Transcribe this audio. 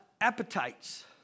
appetites